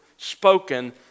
Spoken